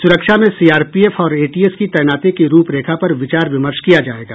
सुरक्षा मे सीआरपीएफ और एटीएस की तैनाती की रूपरेखा पर विचार विमर्श किया जाएगा